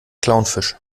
clownfisch